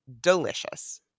delicious